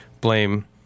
blame